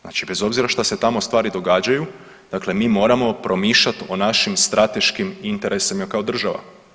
Znači bez obzira šta se tamo stvari događaju, dakle mi moramo promišljat o našim strateškim interesima kao država.